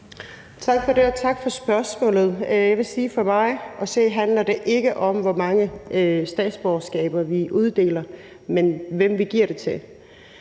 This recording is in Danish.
Tak for det, og tak for spørgsmålet. Jeg vil sige, at for mig at se handler det ikke om, hvor mange statsborgerskaber vi uddeler, men hvem vi giver dem til.